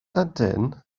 ydyn